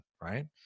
right